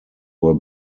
were